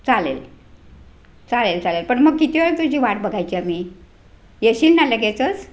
चालेल चालेल चालेल पण मग किती वेळ तुझी वाट बघायची आम्ही येशील ना लगेचच